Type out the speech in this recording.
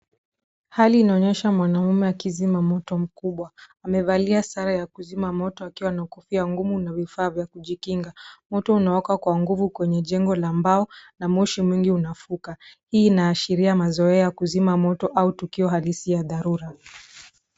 Hali inaonyesha mwanaume akizima moto mkubwa. Amevalia sare ya kuzima moto akiwa na kofia ngumu na vifaa vya kujikinga. Moto unawaka kwa mguvu kwenye jengo la mbao na moshi mingi unafuka. Hii inaashiria mazoea ya kuzima moto au tukio halisi la dharura.